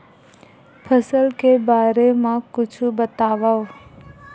फसल के बारे मा कुछु बतावव